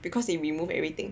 because they remove everything